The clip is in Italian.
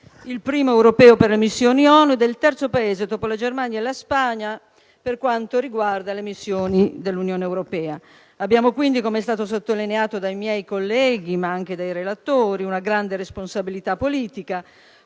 livello europeo per le missioni ONU e il terzo, dopo la Germania e la Spagna, per le missioni dell'Unione europea. Abbiamo quindi, come è stato sottolineato dai miei colleghi ma anche dai relatori, una grande responsabilità politica,